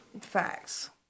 Facts